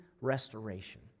restoration